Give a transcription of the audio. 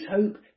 hope